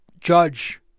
Judge